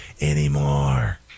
anymore